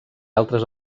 altres